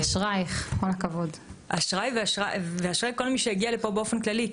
ואשרי כל מי שהגיע לפה באופן כללי.